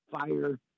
fire